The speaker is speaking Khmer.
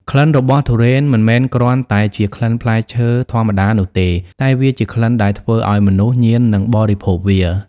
ក្លិនរបស់ទុរេនមិនមែនគ្រាន់តែជាក្លិនផ្លែឈើធម្មតានោះទេ តែវាជាក្លិនដែលធ្វើឲ្យមនុស្សញៀននឹងបរិភោគវា។